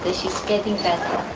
she's getting better.